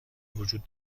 وجود